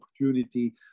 opportunity